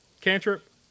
Cantrip